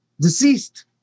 deceased